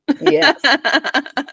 Yes